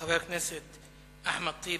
חבר הכנסת אחמד טיבי,